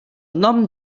nom